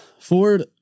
Ford